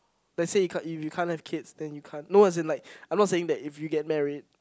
let's say you can't if you can't have kids then you can't no as in like I'm not saying that if you get married